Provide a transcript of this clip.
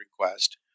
request